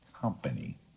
company